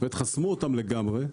חסמו אותם לגמרי.